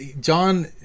John